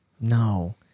No